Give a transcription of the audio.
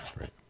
Right